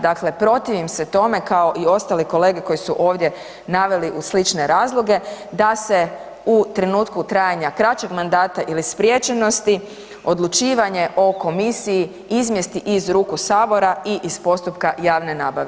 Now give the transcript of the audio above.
Dakle, protivim se tome kao i ostali kolege koji su ovdje naveli slične razloge da se u trenutku trajanja kraćeg mandata ili spriječenosti, odlučivanje o komisiji izmjesti iz ruku Sabora i iz postupka javne nabave.